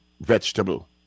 vegetable